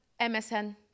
MSN